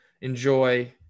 enjoy